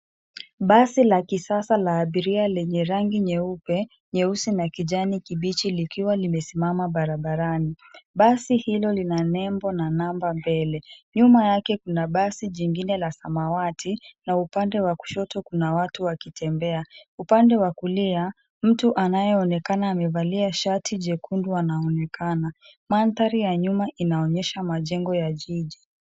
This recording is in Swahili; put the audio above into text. Basi la kisasa la abiria lenye rangi nyeupe, nyeusi na kijani kibichi likiwa limesimama barabarani. Basi hilo lina nembo na namba mbele. Nyuma yake kuna basi jingine la samawati na upande wa kushoto kuna watu wakitembea. Upande wa kulia, mtu anayeonekana amevalia shati jekundu anaonekana. Mandhari ya nyuma inaonyesha majengo ya jiji.